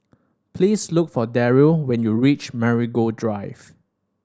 please look for Deryl when you reach Marigold Drive